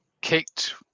kicked